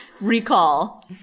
recall